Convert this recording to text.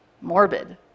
morbid